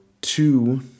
two